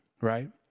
right